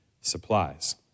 supplies